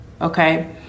Okay